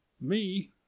Me